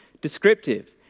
descriptive